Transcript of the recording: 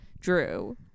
Drew